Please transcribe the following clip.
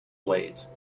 blades